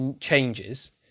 changes